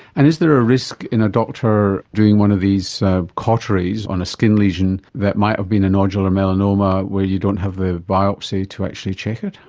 and is there a risk in a doctor doing one of these cauteries on a skin lesion that might have been a nodular melanoma where you don't have the biopsy to actually check it?